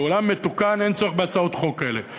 בעולם מתוקן אין צורך בהצעות חוק כאלה,